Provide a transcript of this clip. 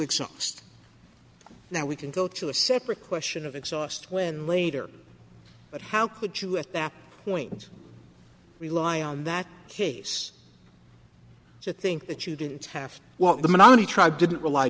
exist now we can go to a separate question of exhaust when later but how could you at that point rely on that case to think that you didn't have to walk the menominee tribe didn't rely